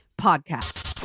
Podcast